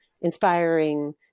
inspiring